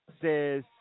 says